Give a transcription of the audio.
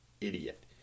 idiot